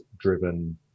driven